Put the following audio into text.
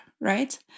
right